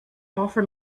offer